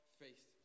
faith